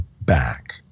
back